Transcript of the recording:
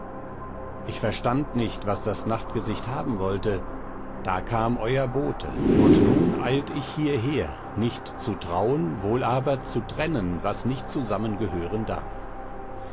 ich verstand nicht was das nachtgesicht haben wollte da kam euer bote und nun eilt ich hierher nicht zu trauen wohl aber zu trennen was nicht zusammengehören darf